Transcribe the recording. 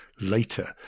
later